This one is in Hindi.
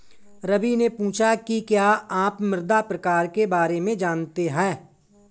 रवि ने पूछा कि क्या आप मृदा प्रकार के बारे में जानते है?